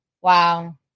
Wow